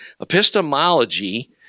Epistemology